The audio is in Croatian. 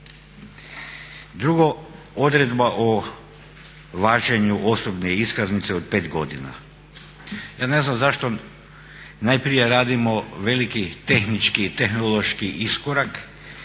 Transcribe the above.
Drugo, odredba o važenju osobne iskaznice od 5 godina. Ja ne znam zašto najprije radimo veliki tehnički i tehnološki iskorak,